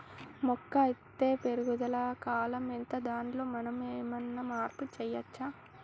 మొక్క అత్తే పెరుగుదల కాలం ఎంత దానిలో మనం ఏమన్నా మార్పు చేయచ్చా?